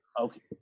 okay